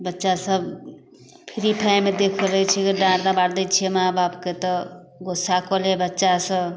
बच्चा सभ फ्री टाइममे देखऽ रहै छै डाँट दबार दै छियै माँ बापके तऽ गोस्सा कऽ लेब बच्चा सँ